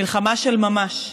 מלחמה של ממש.